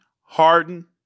Harden